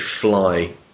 fly